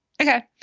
Okay